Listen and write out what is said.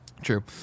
True